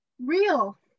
Real